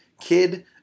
kid